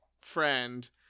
friend